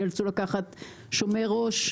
נאלצו לקחת שומר ראש,